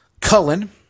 Cullen